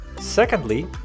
secondly